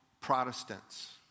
Protestants